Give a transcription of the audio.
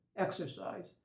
exercise